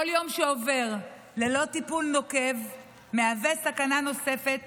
כל יום שעובר ללא טיפול נוקב מהווה סכנה נוספת